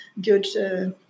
good